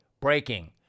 Breaking